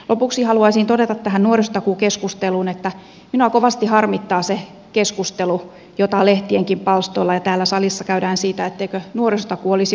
lopuksi haluaisin todeta tähän nuorisotakuukeskusteluun että minua kovasti harmittaa se keskustelu jota lehtienkin palstoilla ja täällä salissa käydään siitä etteikö nuorisotakuu olisi onnistunut